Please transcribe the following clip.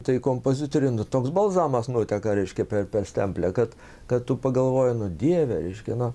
tai kompozitoriui nu toks balzamas nuteka reiškia per per stemplę kad kad tu pagalvoji nu dieve reiškia nu